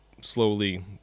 slowly